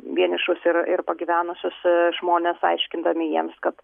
vienišus ir ir pagyvenusius žmones aiškindami jiems kad